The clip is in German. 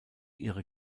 ihre